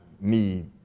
need